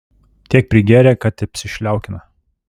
tiek prigėrė kad apsišliaukino